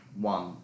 one